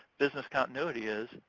business continuity is,